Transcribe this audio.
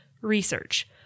research